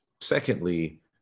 Secondly